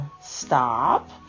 stop